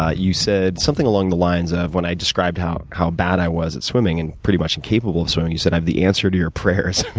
ah you said something along the lines of, when i described how how bad i was at swimming, and pretty much incapable of swimming, you said, i have the answer to your prayers.